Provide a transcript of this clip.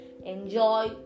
Enjoy